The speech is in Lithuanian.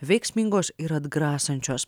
veiksmingos ir atgrasančios